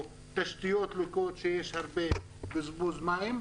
או תשתיות לקויות שגורמות לבזבוז מים,